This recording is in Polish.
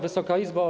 Wysoka Izbo!